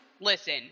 listen